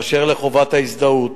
באשר לחובת ההזדהות,